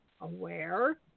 aware